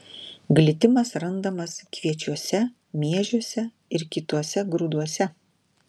glitimas randamas kviečiuose miežiuose ir kituose grūduose